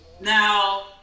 now